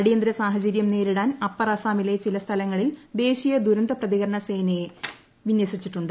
അടിയന്തിര സാഹചര്യം നേരിടാൻ അപ്പർ ആസ്ട്മിലെ ചില സ്ഥലങ്ങളിൽ ദേശീയ ദുരന്ത പ്രതികരണ സേനയെ വിന്യസിച്ചിട്ടുണ്ട്